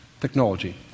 technology